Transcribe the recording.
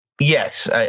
Yes